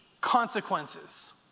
consequences